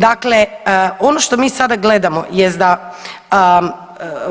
Dakle, ono što mi sada gledamo jest da